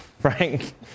Frank